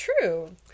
True